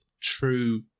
true